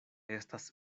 estas